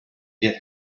get